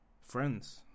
Friends